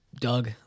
Doug